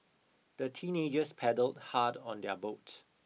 the teenagers paddled hard on their boat